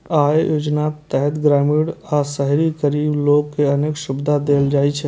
अय योजनाक तहत ग्रामीण आ शहरी गरीब लोक कें अनेक सुविधा देल जाइ छै